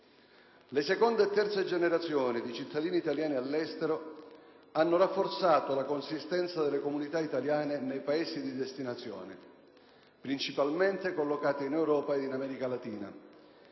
Le seconde e terze generazioni di cittadini italiani all'estero hanno rafforzato la consistenza delle comunità italiane nei Paesi di destinazione, principalmente collocate in Europa e in America Latina,